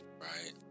right